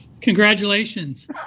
Congratulations